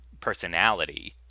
personality